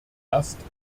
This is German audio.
erst